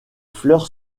fleurs